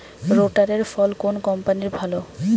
রোটারের ফল কোন কম্পানির ভালো?